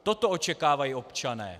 Toto očekávají občané.